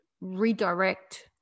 redirect